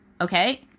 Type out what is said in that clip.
Okay